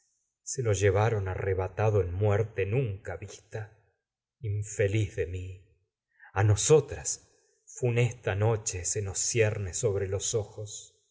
se lo llevaron de mi a arrebatado muerte nunca infeliz nosotras funesta noche se nos cierne sobre los ojos